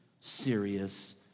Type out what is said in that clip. serious